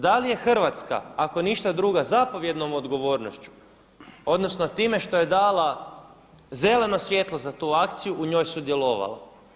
Da li je Hrvatska, ako ništa drugo, zapovjednom odgovornošću odnosno time što je dala zeleno svjetlo za tu akciju u njoj sudjelovala?